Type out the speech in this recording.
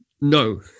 no